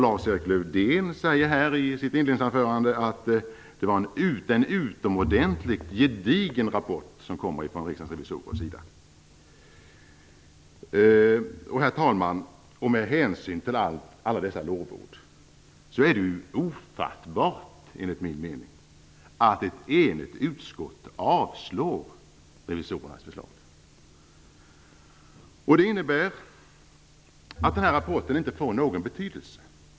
Lars-Erik Lövdén sade också i sitt inledningsanförande att det är en utomordentligt gedigen rapport som kommer från Riksdagens revisorer. Herr talman! Med hänsyn till alla dessa lovord är det enligt min mening ofattbart att ett enigt utskott avstyrker revisorernas förslag. Det innebär att den här rapporten inte får någon betydelse.